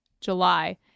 July